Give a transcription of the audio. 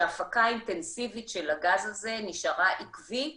שההפקה האינטנסיבית של הגז הזה נשארה עקבית